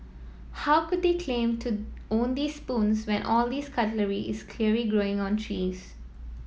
how could they claim to own these spoons when all these cutlery is clearly growing on trees